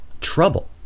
trouble